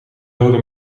rode